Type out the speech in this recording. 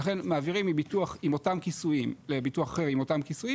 ולכן מעבירים מביטוח עם אותם כיסויים לביטוח אחר עם אותם כיסויים